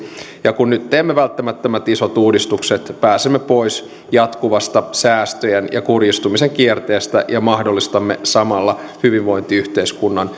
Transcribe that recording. ja kun nyt teemme välttämättömät isot uudistukset pääsemme pois jatkuvasta säästöjen ja kurjistumisen kierteestä ja mahdollistamme samalla hyvinvointiyhteiskunnan